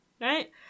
right